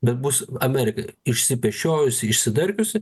bet bus amerika išsipešiojusi išsidarkiusi